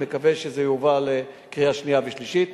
אני מקווה שזה יועבר לקריאה שנייה ושלישית,